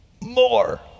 more